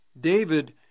David